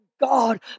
God